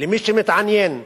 למי שמתעניין.